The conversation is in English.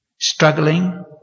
Struggling